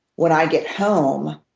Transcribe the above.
when i get home,